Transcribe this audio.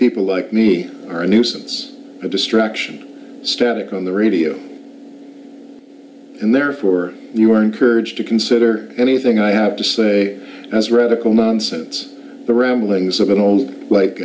people like me are a nuisance a distraction static on the radio and therefore you are encouraged to consider anything i have to say as radical nonsense the rambling